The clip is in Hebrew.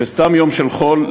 בסתם יום של חול,